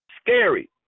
Scary